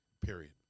Period